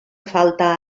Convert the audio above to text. falta